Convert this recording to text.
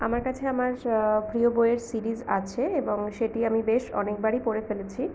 আমার কাছে আমার প্রিয় বইয়ের সিরিজ আছে এবং সেটি আমি বেশ অনেকবারই পড়ে ফেলেছি